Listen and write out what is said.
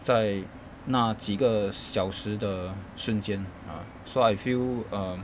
在那几个小时的瞬间 ah so I feel um